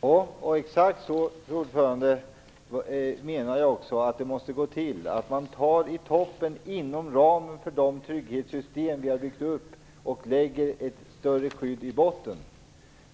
Fru talman! Exakt så menar jag att det måste gå till, att man tar från toppen inom ramen för de trygghetssystem som vi har byggt upp och lägger som ett större skydd i botten.